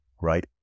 right